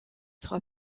trois